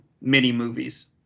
mini-movies